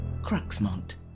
Cruxmont